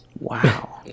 Wow